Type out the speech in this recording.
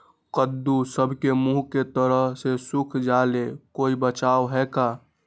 कददु सब के मुँह के तरह से सुख जाले कोई बचाव है का?